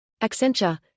Accenture